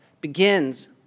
begins